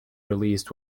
released